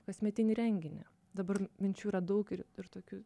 kasmetinį renginį dabar minčių yra daug ir ir tokių